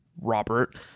Robert